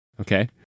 Okay